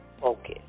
focus